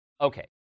Okay